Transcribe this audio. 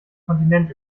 kontinent